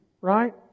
Right